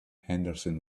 henderson